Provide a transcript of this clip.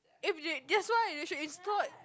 if they that's why they should install it